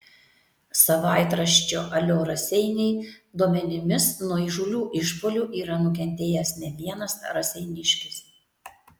savaitraščio alio raseiniai duomenimis nuo įžūlių išpuolių yra nukentėjęs ne vienas raseiniškis